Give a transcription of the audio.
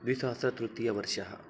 द्विसहस्रतृतीयवर्षम्